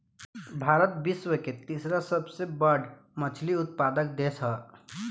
भारत विश्व के तीसरा सबसे बड़ मछली उत्पादक देश ह